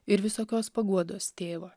ir visokios paguodos tėvą